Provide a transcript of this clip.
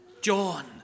John